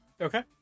Okay